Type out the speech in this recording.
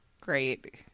Great